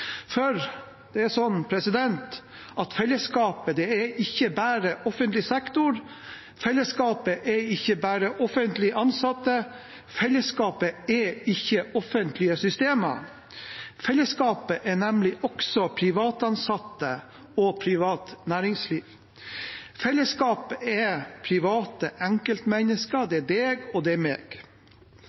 For fellesskapet er ikke bare offentlig sektor. Fellesskapet er ikke bare offentlig ansatte. Fellesskapet er ikke offentlige systemer. Fellesskapet er nemlig også privat ansatte og privat næringsliv. Felleskapet er private enkeltmennesker – det er deg, og det er meg.